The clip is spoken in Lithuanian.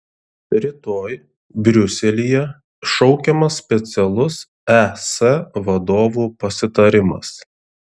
rytoj briuselyje šaukiamas specialus es vadovų pasitarimas